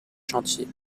chantier